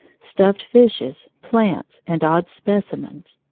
stuffed fishes, plants, and odd specimens.